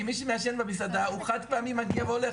מי שמעשן במסעדה מגיע חד פעמית והולך,